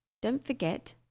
don't forget,